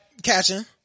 Catching